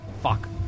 fuck